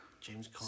James